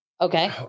okay